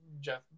Jeff